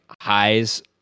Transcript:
highs